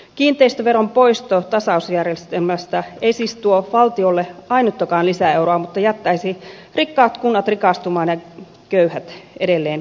kiinteistöveron poisto tasausjärjestelmästä ei siis tuo valtiolle ainuttakaan lisäeuroa mutta jättäisi rikkaat kunnat rikastumaan ja köyhät edelleen köyhtymään